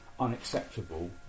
unacceptable